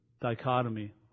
dichotomy